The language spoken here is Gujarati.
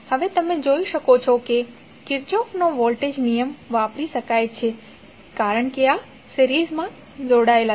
તમે જોઈ શકો છો કે કિર્ચોફનો વોલ્ટેજ નિયમ વાપરી શકાય છે કારણ કે આ સિરીઝમાં જોડાયેલા છે